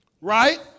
right